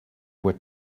were